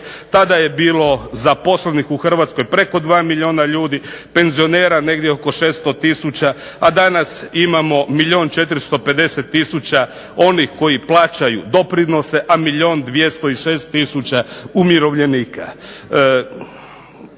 Tada je bilo zaposlenih u Hrvatskoj preko 2 milijuna ljudi, penzionera negdje oko 600 tisuća, a danas imamo milijun 450 tisuća onih koji plaćaju doprinose, a milijun 206 tisuća umirovljenika.